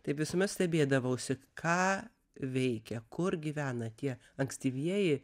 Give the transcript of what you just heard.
taip visuomet stebėdavausi ką veikia kur gyvena tie ankstyvieji